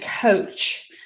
coach